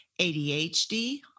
ADHD